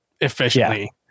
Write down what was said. efficiently